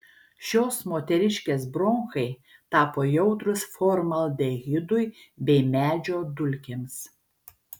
šios moteriškės bronchai tapo jautrūs formaldehidui bei medžio dulkėms